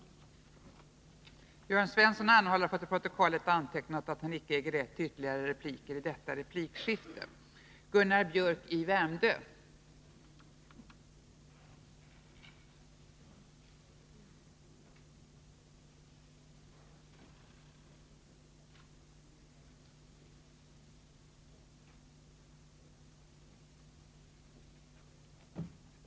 männens verksam